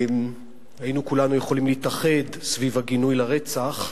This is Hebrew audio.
היינו כולנו יכולים להתאחד סביב הגינוי לרצח,